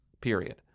Period